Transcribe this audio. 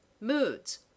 Moods